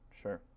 sure